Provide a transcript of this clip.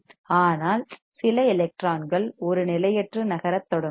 ஆனால் சில எலக்ட்ரான்கள் ஒரு நிலையற்று நகரத் தொடங்கும்